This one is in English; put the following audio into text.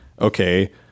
okay